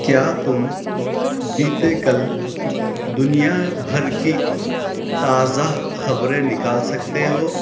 کیا تم بیتے کل دنیا بھر کی تازہ خبریں نکال سکتے ہو